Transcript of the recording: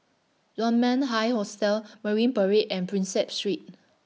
Dunman High Hostel Marine Parade and Prinsep Street